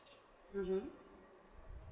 mmhmm